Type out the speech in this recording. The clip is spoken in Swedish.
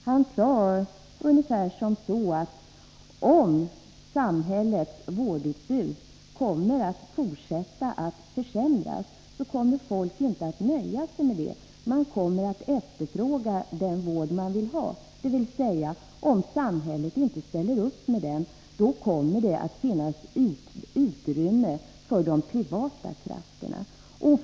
Han sade att om samhällets vårdutbud fortsätter att försämras kommer folk inte att nöja sig med det utan efterfråga den vård man vill ha — dvs. om samhället inte ställer upp med den vård som efterfrågas kommer det att finnas utrymme för de privata krafterna.